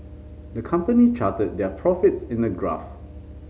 the company charted their profits in a graph